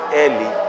early